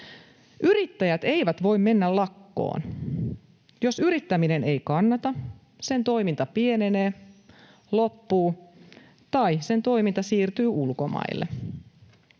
Yrittäjät eivät voi mennä lakkoon. Jos yrittäminen ei kannata, sen toiminta pienenee, loppuu tai sen toiminta siirtyy ulkomaille.